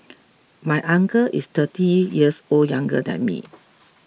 my uncle is thirty years O younger than me